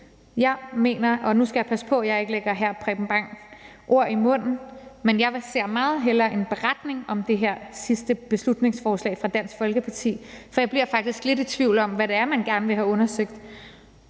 Jeg mener, og nu skal jeg passe på, at jeg ikke lægger hr. Preben Bang Henriksen ord i munden, at jeg meget hellere ser en beretning om det her sidste beslutningsforslag fra Dansk Folkeparti, for jeg bliver faktisk lidt i tvivl om, hvad det er, man gerne vil have undersøgt,